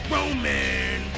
Roman